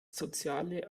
soziale